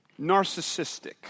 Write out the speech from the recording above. narcissistic